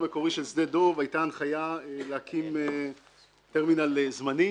שדה דב, הייתה הנחיה להקים טרמינל זמני,